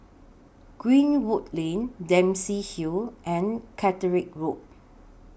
Greenwood Lane Dempsey Hill and Catterick Road